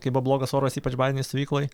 kai buvo blogas oras ypač bazinėj stovykloj